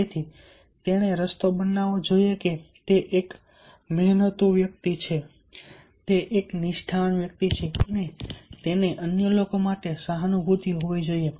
તેથી તેણે રસ્તો બતાવવો જોઈએ કે તે એક મહેનતુ વ્યક્તિ છે તે એક નિષ્ઠાવાન વ્યક્તિ છે અને તેને અન્ય લોકો માટે સહાનુભૂતિ હોવી જોઈએ